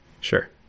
Sure